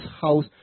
house